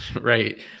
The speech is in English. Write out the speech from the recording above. Right